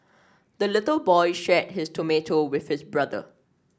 the little boy shared his tomato with his brother